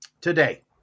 Today